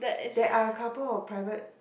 there are a couple of private